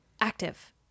active